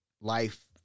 life